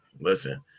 Listen